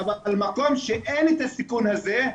אבל במקום שאין את הסיכון הזה,